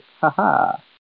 Ha-ha